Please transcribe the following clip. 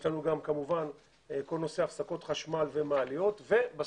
יש לנו גם כמובן את כל נושא הפסקות החשמל ומעליות ובסוף